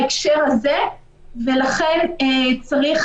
במקרה הזה אנחנו חושבים שהחוק הזה הוא פתרון גרוע עשרת מונים מהבעיה.